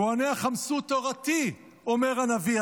כוהניה חמסו תורתי, אמר הנביא.